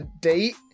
date